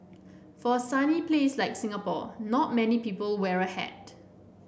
for a sunny place like Singapore not many people wear a hat